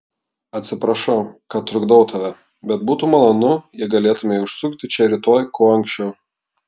atsiprašau kad trukdau tave bet būtų malonu jei galėtumei užsukti čia rytoj kuo anksčiau